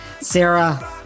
Sarah